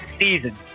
season